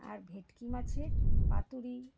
আর ভেটকি মাছের পাতুড়ি